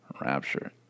rapture